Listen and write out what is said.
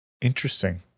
Interesting